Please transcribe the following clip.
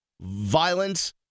Violence